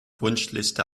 wunschliste